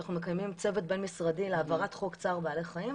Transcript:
שאנחנו מקיימים צוות בין-משרדי להעברת חוק צער בעלי חיים,